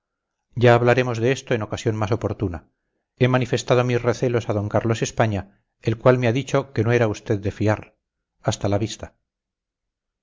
ya hablaremos de esto en ocasión más oportuna he manifestado mis recelos a d carlos españa el cual me ha dicho que no era usted de fiar hasta la vista